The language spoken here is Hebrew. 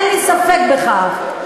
אין לי ספק בכך.